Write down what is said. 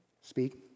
Speak